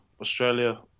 Australia